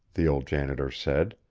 the old janitor said,